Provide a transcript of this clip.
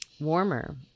warmer